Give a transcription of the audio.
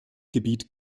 gebiet